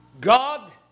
God